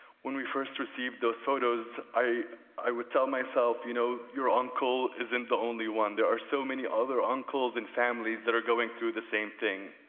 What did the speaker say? when we first received those photos, i i would tell myself, you know, your uncle is isn't the only one. there are so many other uncles and families that are going through the same thing,